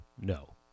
No